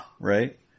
Right